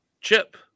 Chip